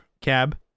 cab